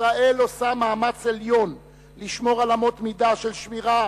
ישראל עושה מאמץ עליון לשמור על אמות מידה של שמירה